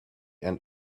and